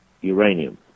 uranium